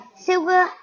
Silver